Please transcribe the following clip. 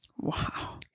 Wow